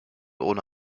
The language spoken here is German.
ohne